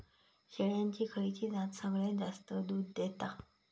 शेळ्यांची खयची जात सगळ्यात जास्त दूध देता?